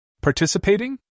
Participating